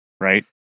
right